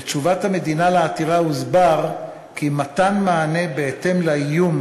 בתשובת המדינה על העתירה הוסבר כי מתן המענה בהתאם לאיום,